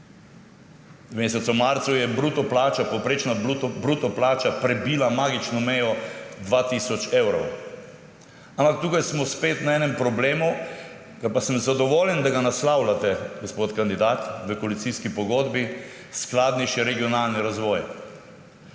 V mesecu marcu je povprečna bruto plača prebila magično mejo 2 tisoč evrov. Ampak tukaj smo spet pri enem problemu – sem pa zadovoljen, da ga naslavljate, gospod kandidat, v koalicijski pogodbi – skladnejši regionalni razvoj.